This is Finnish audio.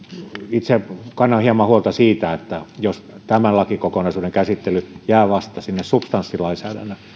itse kannan hieman huolta siitä että jos tämän lakikokonaisuuden käsittely jää vasta sinne substanssilainsäädännön